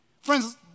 Friends